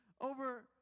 over